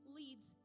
leads